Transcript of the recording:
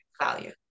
value